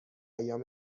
ایام